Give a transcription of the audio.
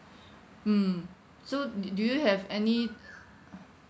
mm so do do you have any